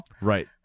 right